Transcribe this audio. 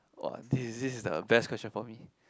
!wah! this this is the best question for me